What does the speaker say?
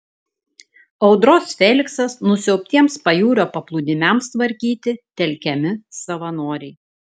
audros feliksas nusiaubtiems pajūrio paplūdimiams tvarkyti telkiami savanoriai